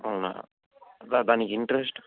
అవునా దానికి ఇంటరెస్ట్